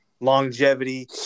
longevity